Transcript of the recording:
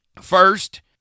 first